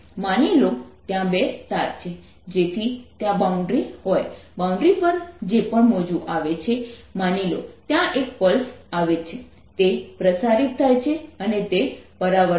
માની લો ત્યાં બે તાર છે જેથી ત્યાં બાઉન્ડ્રી હોય બાઉન્ડ્રી પર જે પણ મોજું આવે છે માની લો ત્યાં એક પલ્સ આવે છે તે પ્રસારિત થાય છે અને તે પરાવર્તિત પણ થાય છે